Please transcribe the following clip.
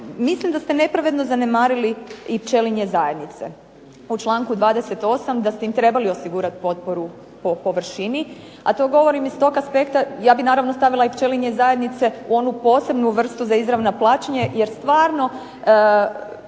Mislim da ste nepravedno zanemarili i pčelinje zajednice. U članku 28. da ste im trebali osigurati potporu po površini, a to govorim iz tog aspekta, ja bih naravno stavila i pčelinje zajednice u onu posebnu vrstu za izravna plaćanja, jer stvarno